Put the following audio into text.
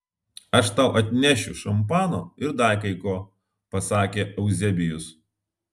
aš tau atnešiu šampano ir dar kai ko pasakė euzebijus